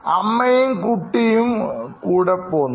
അമ്മയും കുട്ടിയും കൂടെ പോന്നു